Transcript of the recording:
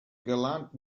gallant